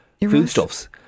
foodstuffs